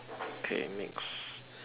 okay next